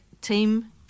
team